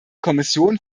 kommission